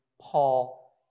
Paul